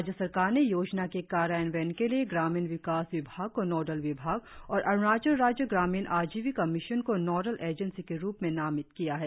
राज्य सरकार ने योजना के कार्यान्वयन के लिए ग्रामीण विकास विभाग को नोडल विभाग और अरुणाचल राज्य ग्रामीण आजीविका मिशन को नोडल एजेंसी के रुप में नामित किया है